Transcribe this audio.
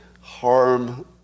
harm